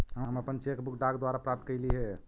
हम अपन cheque book डाक द्वारा प्राप्त कईली हे